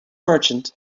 merchant